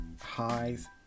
highs